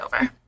over